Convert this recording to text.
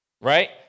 right